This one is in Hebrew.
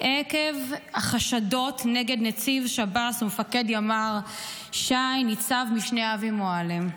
עקב החשדות נגד נציב שב"ס ומפקד ימ"ר ש"י ניצב משנה אבישי מועלם.